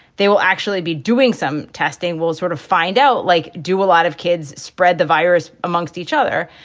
they will actually be doing some testing. we'll sort of find out, like, do a lot of kids spread the virus amongst each other?